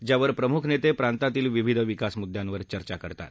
ज्यावर प्रमुख नेते प्रांतातील विविध विकास मुद्यांवर चर्चा करतात